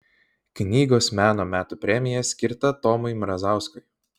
knygos meno metų premija skirta tomui mrazauskui